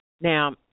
Now